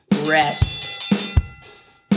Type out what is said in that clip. rest